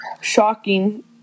shocking